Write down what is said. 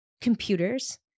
computers